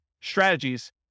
strategies